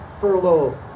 furlough